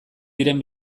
diren